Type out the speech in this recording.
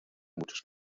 muchos